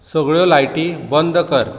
सगळ्यो लायटी बंद कर